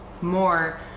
more